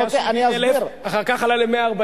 היה 70,000, אחר כך עלה ל-140,000.